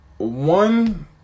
One